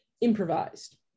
improvised